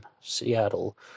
Seattle